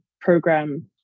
program